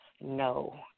No